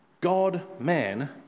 God-man